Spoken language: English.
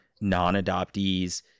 non-adoptees